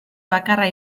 bakarra